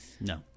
No